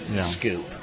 scoop